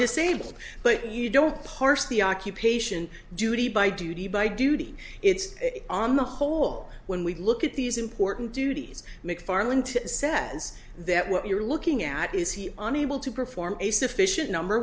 disabled but you don't parse the occupation duty by duty by duty it's on the whole when we look at these important duties mcfarland says that what you're looking at is he unable to perform a sufficient number